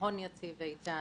הון יציב ואיתן,